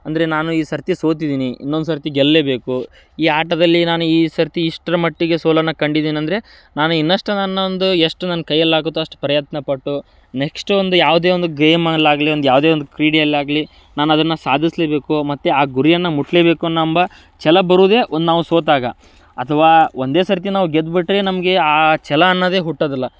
ಅಂದರೆ ನಾನು ಈ ಸರತಿ ಸೋತಿದ್ದೀನಿ ಇನ್ನೊಂದು ಸರತಿ ಗೆಲ್ಲಲೇಬೇಕು ಈ ಆಟದಲ್ಲಿ ನಾನು ಈ ಸರತಿ ಇಷ್ಟರ ಮಟ್ಟಿಗೆ ಸೋಲನ್ನ ಕಂಡಿದ್ದೀನಂದ್ರೆ ನಾನು ಇನ್ನಷ್ಟು ನನ್ನೊಂದು ಎಷ್ಟು ನನ್ನ ಕೈಯಲ್ಲಾಗುತ್ತೋ ಅಷ್ಟು ಪ್ರಯತ್ನಪಟ್ಟು ನೆಕ್ಸ್ಟ್ ಒಂದು ಯಾವುದೇ ಒಂದು ಗೇಮಲ್ಲಾಗಲಿ ಒಂದು ಯಾವುದೇ ಒಂದು ಕ್ರೀಡೆಯಲ್ಲಾಗಲಿ ನಾನು ಅದನ್ನು ಸಾಧಿಸಲೇಬೇಕು ಮತ್ತು ಆ ಗುರಿಯನ್ನು ಮುಟ್ಟಲೇಬೇಕು ಅನ್ನೋ ಎಂಬ ಛಲ ಬರೋದೇ ಒಂದು ನಾವು ಸೋತಾಗ ಅಥವಾ ಒಂದೇ ಸರತಿ ನಾವು ಗೆದ್ದುಬಿಟ್ರೆ ನಮಗೆ ಆ ಛಲ ಅನ್ನೋದೇ ಹುಟ್ಟದಿಲ್ಲ